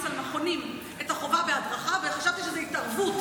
על מכונים את החובה בהדרכה וחשבתי שזו התערבות,